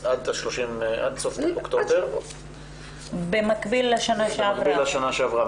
עד סוף אוקטובר, במקביל לשנה שעברה.